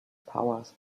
powers